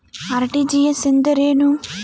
RTGS ಎಂದರೇನು?